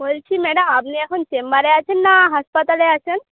বলছি ম্যাডাম আপনি এখন চেম্বারে আছেন না হাসপাতালে আছেন